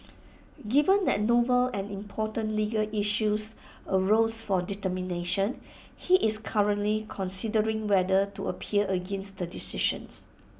given that novel and important legal issues arose for determination he is currently considering whether to appeal against the decisions